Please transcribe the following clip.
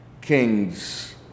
King's